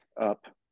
up